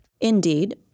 Indeed